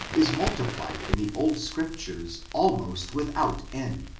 is multiplied in the old scriptures almost without end,